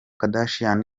kardashian